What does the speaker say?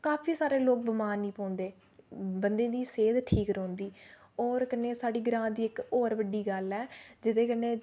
काफी सारे लोक बमार निं पौंदे बंदे दी सेह्त ठीक रौहंदी होर कन्नै साढ़े ग्रांऽ दी होर इक्क बड्डी गल्ल ऐ जेह्दे कन्नै